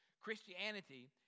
Christianity